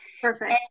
Perfect